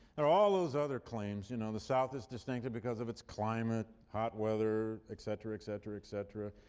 there are all those other claims. you know the south is distinctive because of its climate, hot weather, et cetera, et cetera, et cetera.